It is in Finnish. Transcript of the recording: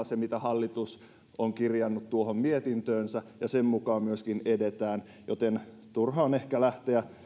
se mitä hallitus on kirjannut tuohon mietintöönsä on hyvin painavaa ja sen mukaan myöskin edetään joten on ehkä turhaa lähteä